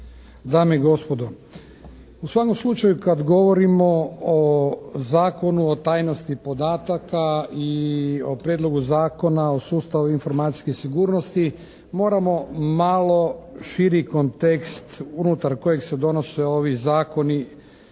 dame i gospodo! U svakom slučaju, kad govorimo o Zakonu o tajnosti podataka i o Prijedlogu zakona o sustavu informacijske sigurnosti moramo malo širi kontekst unutar kojeg se donose ovi zakoni